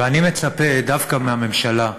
ואני מצפה דווקא מהממשלה,